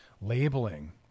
Labeling